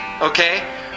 Okay